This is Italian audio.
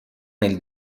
nel